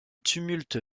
tumulte